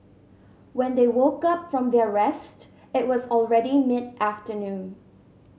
when they woke up from their rest it was already mid afternoon